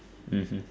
mmhmm